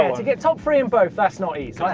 to get top three in both, that's not easy.